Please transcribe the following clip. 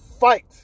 fight